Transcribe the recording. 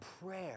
prayer